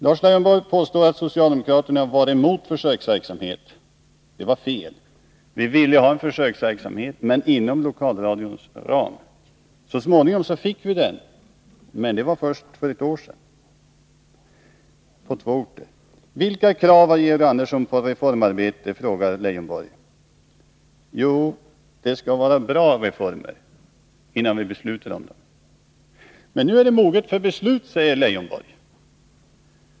Lars Leijonborg påstod att socialdemokraterna var emot försöksverksamheten. Detta är fel. Vi ville ha en försöksverksamhet men inom lokalradions ram. Så småningom fick vi den på två orter men först för ett år sedan. Vilka krav ställer Georg Andersson på reformarbetet, frågade Lars Leijonborg. Ja, det skall vara bra reformer innan vi beslutar om dem. Nu är ärendet moget för beslut, sade Lars Leijonborg.